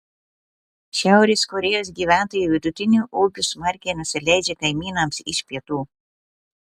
šiaurės korėjos gyventojai vidutiniu ūgiu smarkiai nusileidžia kaimynams iš pietų